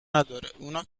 نداره، اونا